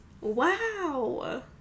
Wow